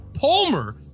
Palmer